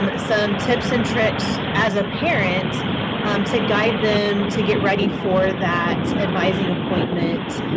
um some tips and tricks as a parent to guide them to get ready for that advising appointment,